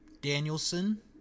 Danielson